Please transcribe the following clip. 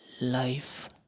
Life